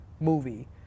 movie